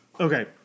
Okay